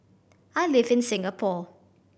I live in Singapore